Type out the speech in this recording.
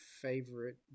favorite